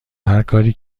هرکاری